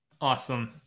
Awesome